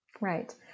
Right